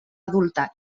adulta